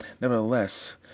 nevertheless